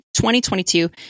2022